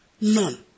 None